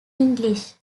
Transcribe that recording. english